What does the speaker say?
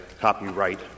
copyright